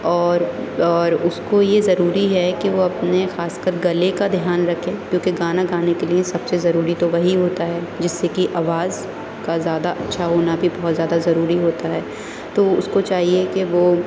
اور اور اس کو یہ ضرور ہے کہ وہ اپنے خاص کر گلے کا دھیان رکھے کیوں کہ گانا گانے کے لیے سب سے ضروری تو وہی ہوتا ہے جس سے کہ آواز کا زیادہ اچھا ہونا بھی بہت زیادہ ضروری ہوتا ہے تو اس کو چاہیے کہ وہ